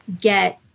get